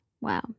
Wow